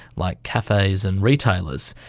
like cafes and retailers,